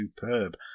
superb